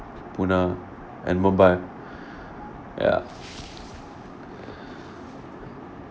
poona and mumbai ya